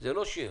וזה לא שיר.